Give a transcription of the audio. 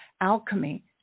alchemy